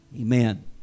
Amen